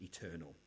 eternal